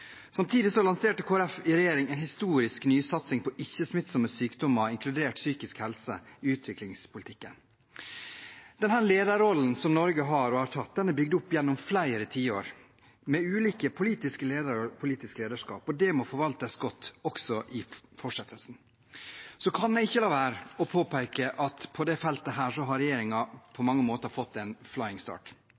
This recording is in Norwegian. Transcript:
Samtidig lanserte Kristelig Folkeparti i regjering en historisk nysatsing på ikke-smittsomme sykdommer, inkludert psykisk helse, i utviklingspolitikken. Den lederrollen som Norge har og har tatt, er bygd opp gjennom flere tiår med ulike politiske ledere og politisk lederskap – og det må forvaltes godt også i fortsettelsen. Så kan jeg ikke la være å påpeke at på dette feltet har regjeringen på mange måter fått en